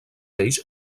ells